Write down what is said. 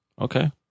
Okay